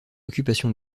occupation